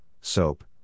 soap